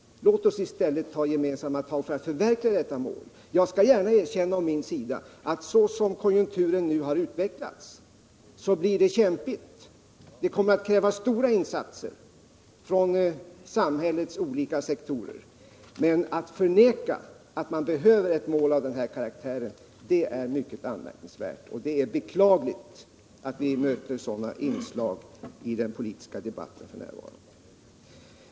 Låt oss i stället ta gemensamma tag för att förverkliga detta mål. För min del skall jag gärna erkänna att såsom konjunkturen nu har utvecklats kommer det att krävas stora insatser inom samhällets olika sektorer, men att förneka att man behöver ett mål av den här karaktären är mycket anmärkningsvärt, och det är beklagligt att vi möter sådana inslag i den politiska debatten f. n.